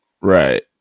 Right